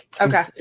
Okay